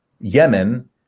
Yemen